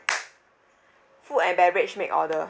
food and beverage make order